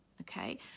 Okay